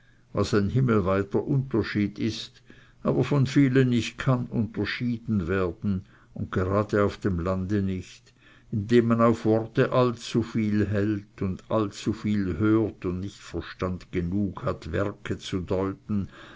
was ein himmelweiter unterschied ist aber von vielen nicht kann unterschieden werden und gerade auf dem lande nicht indem man auf worte allzuviel hält und allzuviel hört und nicht verstand genug hat werke zu deuten